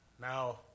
now